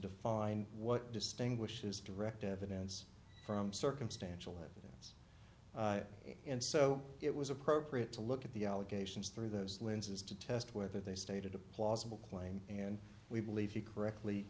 define what distinguishes direct evidence from circumstantial evidence and so it was appropriate to look at the allegations through those lenses to test whether they stated a plausible claim and we believe you correctly